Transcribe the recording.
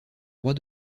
rois